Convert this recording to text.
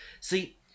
See